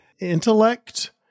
intellect